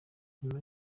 nyuma